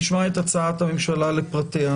נשמע את הצעת הממשלה לפרטיה.